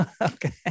okay